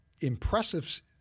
impressive